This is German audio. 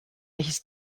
welches